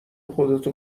خودتو